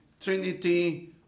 Trinity